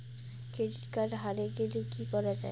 Credit card হারে গেলে কি করা য়ায়?